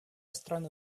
страны